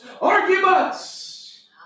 arguments